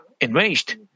enraged